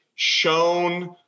Shown